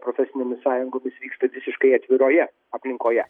profesinėmis sąjungomis vyksta visiškai atviroje aplinkoje